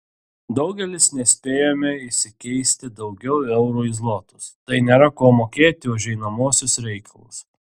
daugelis nespėjome išsikeisti daugiau eurų į zlotus tai nėra kuo mokėti už einamuosius reikalus